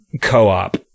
co-op